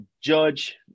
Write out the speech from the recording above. Judge